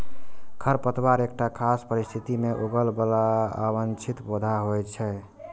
खरपतवार एकटा खास परिस्थिति मे उगय बला अवांछित पौधा होइ छै